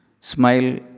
smile